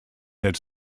its